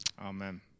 Amen